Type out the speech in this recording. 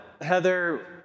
Heather